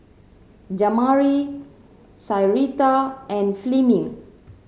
Jamari Syreeta and Fleming